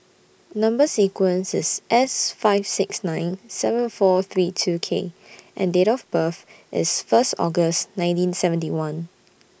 Number sequence IS S five six nine seven four three two K and Date of birth IS First August nineteen seventy one